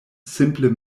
simple